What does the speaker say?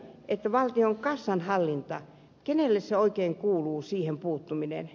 kenelle valtion kassanhallinta kuuluu siihen puuttuminen